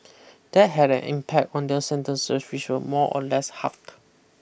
that had an impact on their sentences which were more or less halved